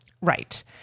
right